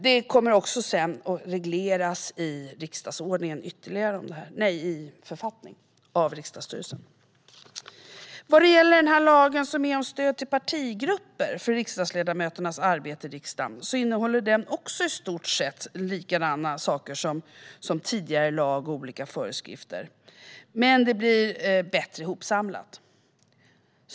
Det kommer att regleras ytterligare i författningen av riksdagsstyrelsen. Vad gäller lagen om stöd till partigrupperna för riksdagsledamöternas arbete i riksdagen är innehållet också i den i stort sett likadant som i den tidigare lagen och olika föreskrifter. Men det blir alltså bättre samlat.